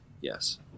Yes